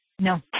No